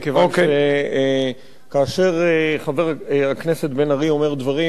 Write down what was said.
מכיוון שכאשר חבר הכנסת בן-ארי אומר דברים,